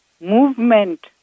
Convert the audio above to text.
movement